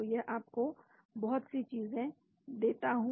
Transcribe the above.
तो यह आपको बहुत सी चीजें देता है